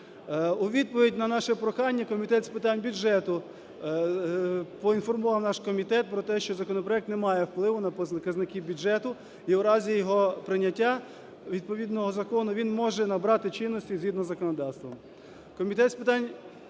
У відповідь на наше прохання Комітет з питань бюджету поінформував наш комітет про те, що законопроект не має впливу на показники бюджету. І у разі його прийняття, відповідного закону, він може набрати чинності згідно із законодавством.